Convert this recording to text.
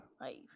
right